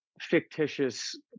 fictitious